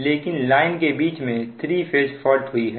लेकिन लाइन के बीच में थ्री फेज फॉल्ट हुई है